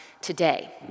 today